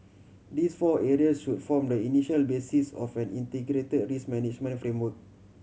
these four areas should form the initial basis of an integrated risk management framework